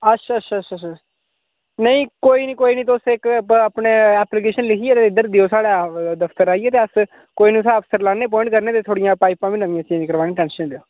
अच्छा अच्छा अच्छा अच्छा नेईं कोई नी कोई नी तुस इक अपने ऐप्लीकेशन लिखियै ते इद्धर देओ साढ़े दफ्तर आइयै ते अस कोई नी अफसर लान्ने अपोइंट करने ते थोह्ड़ी पाइपां बी नमियां चेंज कराने टेंशन नी लैओ